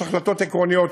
יש החלטות עקרוניות.